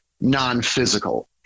non-physical